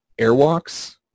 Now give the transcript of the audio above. Airwalks